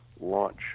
launch